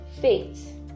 Faith